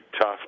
tough